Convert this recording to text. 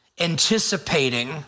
anticipating